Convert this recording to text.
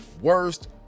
worst